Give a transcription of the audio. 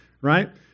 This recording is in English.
right